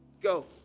go